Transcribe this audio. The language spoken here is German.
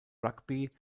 rugby